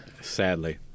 Sadly